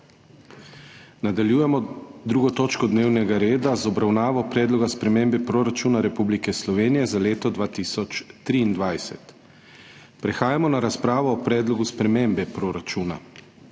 Nadaljujemo 2. točko dnevnega reda z obravnavo Predloga sprememb proračuna Republike Slovenije za leto 2023. Prehajamo na razpravo o Predlogu sprememb proračuna.